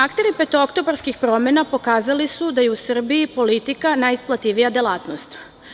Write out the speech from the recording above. Akteri petooktobarskih promena pokazali su da je u Srbiji politika najisplativija delatnost.